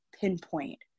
pinpoint